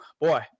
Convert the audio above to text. boy